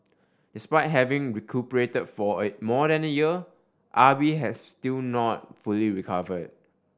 despite having recuperated fora more than a year Ah Bi has still not fully recovered